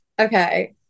Okay